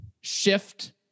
shift